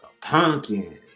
Pumpkin